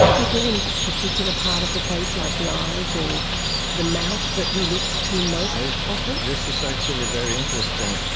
is there any particular part of the face, like the eyes or the mouth, that we look to most often? this is actually very interesting.